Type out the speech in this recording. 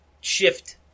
shift